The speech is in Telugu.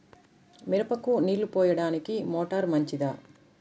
మిరపకు నీళ్ళు పోయడానికి మోటారు మంచిదా?